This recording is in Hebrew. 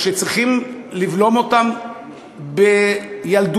שצריכים לבלום אותם בילדותם,